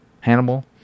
Hannibal